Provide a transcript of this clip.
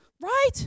right